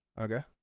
Okay